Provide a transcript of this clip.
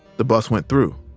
the bus went through.